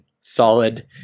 solid